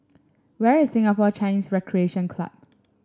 where is Singapore Chinese Recreation Club